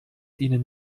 ihnen